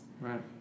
Right